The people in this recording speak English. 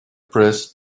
pressed